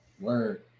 Word